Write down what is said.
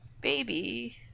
Baby